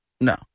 No